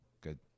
good